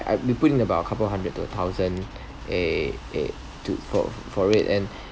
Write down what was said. I we put in about a couple of hundred to a thousand eh eh to for for it and